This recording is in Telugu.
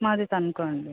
మాది తణుకు అండి